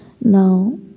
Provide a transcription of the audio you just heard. Now